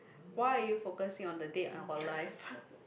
why are you focusing on the date and on life